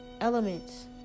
Elements